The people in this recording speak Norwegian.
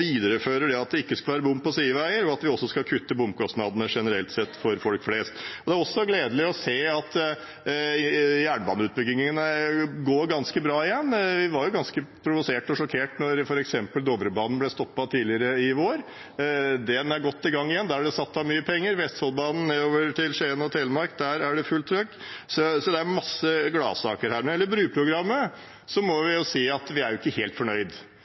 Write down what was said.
viderefører at det ikke skal være bom på sideveier, og at vi også skal kutte bomkostnadene generelt sett for folk flest. Det er også gledelig å se at jernbaneutbyggingen går ganske bra igjen. Vi var ganske provoserte og sjokkerte da f.eks. Dovrebanen ble stoppet tidligere i vår. Den er godt i gang igjen, der er det satt av mye penger. På Vestfoldbanen nedover til Skien og Telemark er det fullt trykk. Det er masse gladsaker her. Når det gjelder bruprogrammet, må vi si at vi ikke er helt fornøyd.